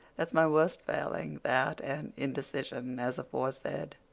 that's my worst failing that, and indecision, as aforesaid.